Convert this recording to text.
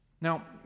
Now